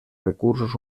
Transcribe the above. recursos